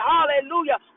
Hallelujah